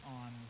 on